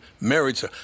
Marriage